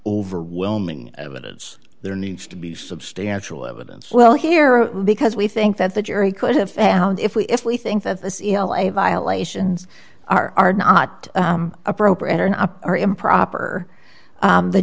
overwhelming evidence there needs to be substantial evidence well here because we think that the jury could have found if we if we think that the violations are not appropriate or not or improper